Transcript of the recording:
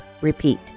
Repeat